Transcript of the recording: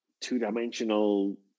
two-dimensional